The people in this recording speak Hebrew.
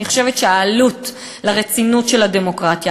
אני חושבת שהעלות לרצינות של הדמוקרטיה,